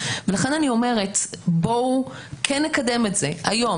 ולכן אני אומרת: בואו נקדם את זה היום,